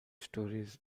stories